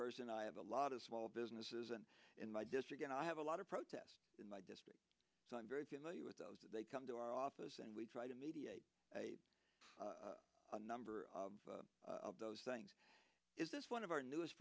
person i have a lot of small businesses and in my district and i have a lot of protests in my district so i'm very familiar with those they come to our office and we try to mediate a number of those things is this one of our new